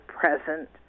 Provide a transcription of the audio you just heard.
present